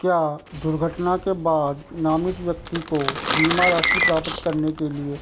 क्या दुर्घटना के बाद नामित व्यक्ति को बीमा राशि प्राप्त करने के लिए